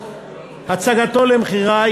הצגתו למכירה,